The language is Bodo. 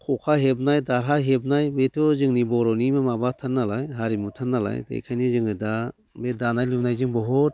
खखा हेबनाय धाहा हेबनाय बेथ' जोंनि बर'निबो माबाथार नालाय हारिमुथारलाय नालाय बेखायनो जोङो दा बे दानाय लुनायजों बहुद